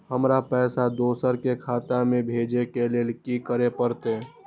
हमरा पैसा दोसर के खाता में भेजे के लेल की करे परते?